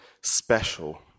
special